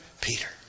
Peter